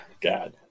God